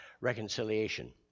reconciliation